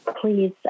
please